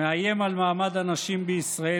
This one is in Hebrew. מאיים על מעמד הנשים בישראל,